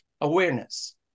awareness